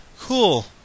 Cool